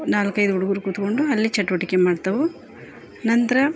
ನಾಲ್ಕೈದು ಹುಡುಗ್ರು ಕುತ್ಕೊಂಡು ಅಲ್ಲಿ ಚಟುವಟಿಕೆ ಮಾಡ್ತಾವು ನಂತರ